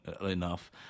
enough